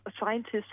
scientists